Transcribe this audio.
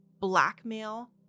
blackmail